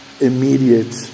immediate